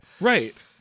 Right